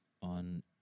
on